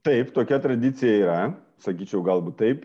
taip tokia tradicija yra sakyčiau galbūt taip